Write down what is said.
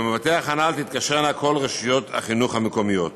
עם המבטח הנ"ל תתקשרנה כל רשויות החינוך המקומיות.